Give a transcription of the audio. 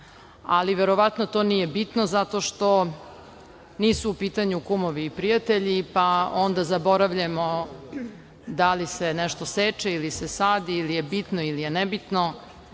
ali verovatno to nije bitno, zato što nisu u pitanju kumovi i prijatelji, pa onda zaboravljamo da li se nešto seče ili se sadi ili je bitno ili nebitno